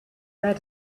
read